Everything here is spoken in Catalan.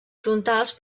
frontals